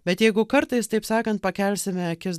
bet jeigu kartais taip sakant pakelsime akis